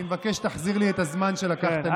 אני מבקש שתחזיר לי את הזמן שלקחת לי, איתן.